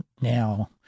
now